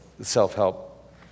self-help